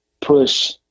push